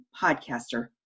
podcaster